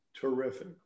terrific